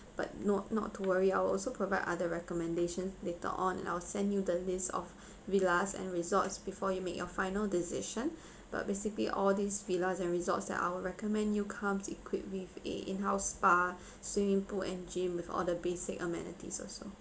but no not to worry I will also provide other recommendation later on and I'll send you the list of villas and resorts before you make your final decision but basically all these villas and resorts that I would recommend you comes equipped with a in house spa swimming pool and gym with all the basic amenities also